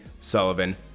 Sullivan